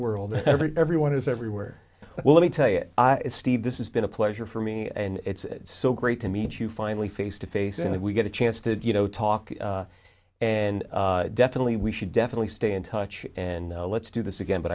world every everyone is everywhere well let me tell you steve this is been a pleasure for me and it's so great to meet you finally face to face and if we get a chance to do you know talk and definitely we should definitely stay in touch and let's do this again but